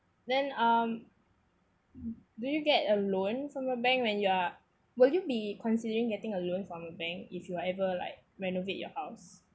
then um do you get a loan from a bank when you're will you be considering getting a loan from a bank if you ever like renovate your house